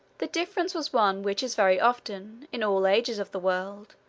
the difference was one which is very often, in all ages of the world,